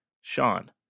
Sean